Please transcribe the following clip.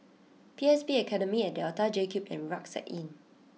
P S B Academy at Delta JCube and Rucksack Inn